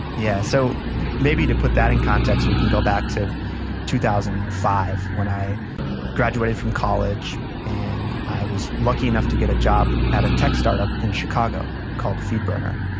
yeah, so maybe to put that in context, we can go back to two thousand and five, when i graduated from college. and i was lucky enough to get a job at a tech startup in chicago, called feedburner.